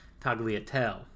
Tagliatelle